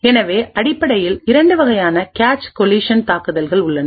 எனவே அடிப்படையில் இரண்டு வகையான கேச் கோலிசன் தாக்குதல்கள் உள்ளன